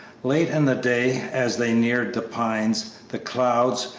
late in the day, as they neared the pines, the clouds,